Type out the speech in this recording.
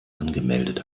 angemeldet